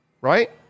Right